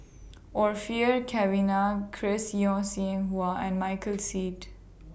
Orfeur Cavenagh Chris Yeo Siew Hua and Michael Seet